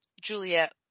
Juliet